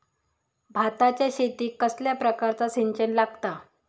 भाताच्या शेतीक कसल्या प्रकारचा सिंचन लागता?